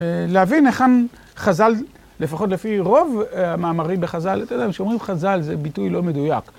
להבין היכן חז"ל... לפחות לפי רוב המאמרים בחז"ל... אתה יודע, כשאומרים 'חז"ל', זה ביטוי לא מדויק.